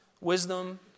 wisdom